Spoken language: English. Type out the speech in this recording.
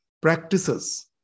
practices